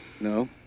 No